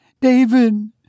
David